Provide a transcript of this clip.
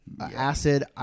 Acid